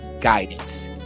guidance